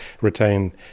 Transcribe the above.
retain